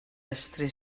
estri